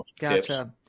Gotcha